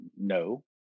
no